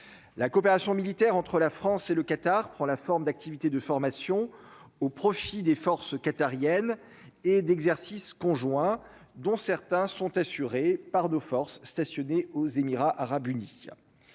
la coopération militaire entre la France et le Qatar prend la forme d'activités de formation au profit des forces qatariennes et d'exercices conjoints dont certains sont assurés par des forces stationnées aux Émirats arabes unis,